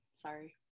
sorry